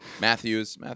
Matthews